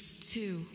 two